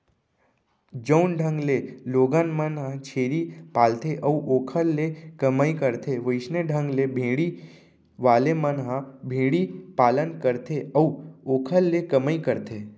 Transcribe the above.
जउन ढंग ले लोगन मन ह छेरी पालथे अउ ओखर ले कमई करथे वइसने ढंग ले भेड़ी वाले मन ह भेड़ी पालन करथे अउ ओखरे ले कमई करथे